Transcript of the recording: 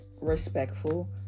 respectful